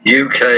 UK